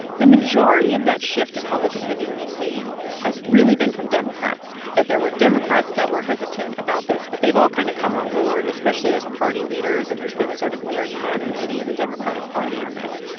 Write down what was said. the majority of that shift in public opinion we've seen has really been from democrats, that there were democrats that were hesitant about this. but they've all kind of come on board, especially as party leaders and there's been sort of near unanimity in the democratic party on this.